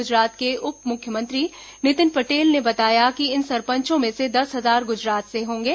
गुजरात के उपमुख्यमंत्री नितिन पटेल ने बताया कि इन सरपंचों में से दस हजार गुजरात से होंगे